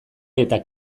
eta